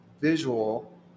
visual